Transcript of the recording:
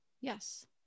yes